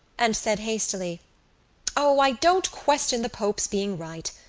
and said hastily o, i don't question the pope's being right.